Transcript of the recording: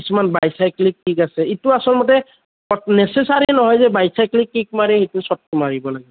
কিছুমান বাইচাইল ক্লীক আছে এইটো আচলমতে নেছেছেৰী নহয় যে বাইচাইকেল কীক মাৰি এইটো শ্বট মাৰিব লাগিব